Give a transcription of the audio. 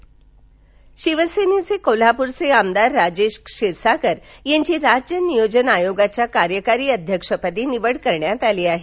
नियोजन शिवसेनेचे कोल्हापूरचे आमदार राजेश क्षीरसागर यांची राज्य नियोजन आयोगाच्या कार्यकारी अध्यक्ष पदी निवड करण्यात आली आहे